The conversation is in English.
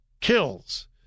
kills